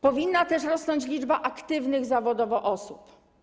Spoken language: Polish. Powinna też rosnąć liczba aktywnych zawodowo osób.